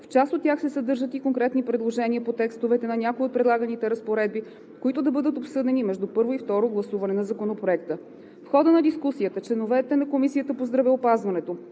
В част от тях се съдържат и конкретни предложения по текстовете на някои от предлаганите разпоредби, които да бъдат обсъдени между първо и второ гласуване на Законопроекта. В хода на дискусията членовете на Комисията по здравеопазването